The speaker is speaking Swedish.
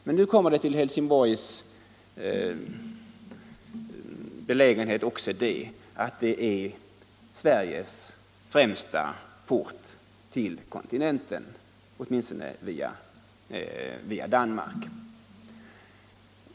Men nu kommer till Helsingborgs belägenhet också det, att staden är Sveriges främsta port till kontinenten — åtminstone via Danmark.